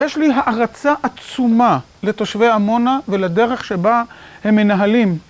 יש לי הערצה עצומה לתושבי עמונה ולדרך שבה הם מנהלים.